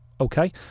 okay